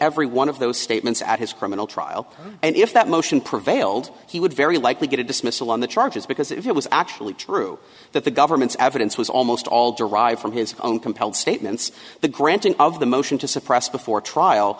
every one of those statements at his criminal trial and if that motion prevailed he would very likely get a dismissal on the charges because if it was actually true that the government's evidence was almost all derived from his own compelled statements the granting of the motion to suppress before trial